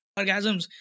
orgasms